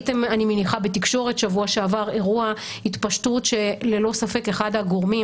אני מניחה שראיתם בתקשורת בשבוע שעבר אירוע התפשטות שללא ספק אחד הגורמים